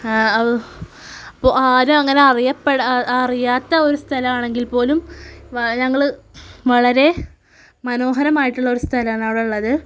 അപ്പോൾ ആരും അങ്ങനെ അറിയപ്പെടാത്ത അറിയാത്ത ഒരു സ്ഥലമാണെങ്കില് പോലും ഞങ്ങൾ വളരെ മനോഹരമായിട്ടുള്ള ഒരു സ്ഥലമാണ് അവിടെ ഉള്ളത്